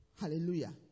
Hallelujah